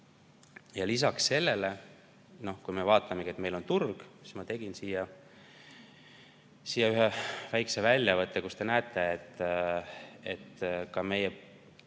Ja lisaks sellele, kui me vaatame, et meil on turg, siis ma tegin siia ühe väikese väljavõtte, millelt te näete, et ka meie